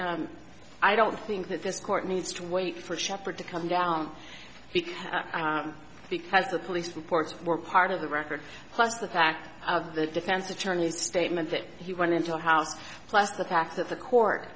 think i don't think that this court needs to wait for shepherd to come down because because the police reports were part of the record plus the fact of the defense attorney's statement that he went into the house plus the fact that the court